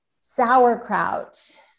sauerkraut